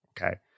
Okay